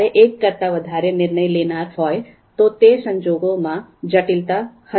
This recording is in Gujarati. જ્યારે એક કરતા વધારે નિર્ણય લેનારા હોય તો તે સંજોગોમાં જટિલતા હજી વધારે હશે